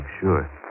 sure